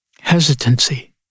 Hesitancy